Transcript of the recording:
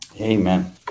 Amen